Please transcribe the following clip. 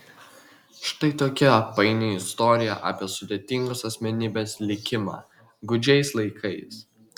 štai tokia paini istorija apie sudėtingos asmenybės likimą gūdžiais laikais